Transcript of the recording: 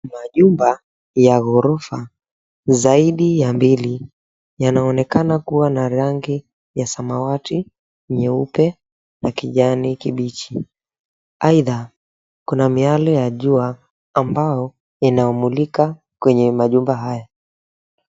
Majumba ya ghorofa zaidi ya mbili yanaonekana kuwa na rangi ya samawati, nyeupe na kijani kibichi. Aidha, kuna miale ya jua ambao inamulika kwenye majumba haya.